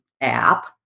app